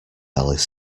alice